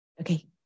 Okay